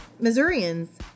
Missourians